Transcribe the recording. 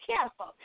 careful